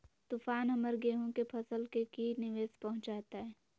तूफान हमर गेंहू के फसल के की निवेस पहुचैताय?